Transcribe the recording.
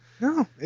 No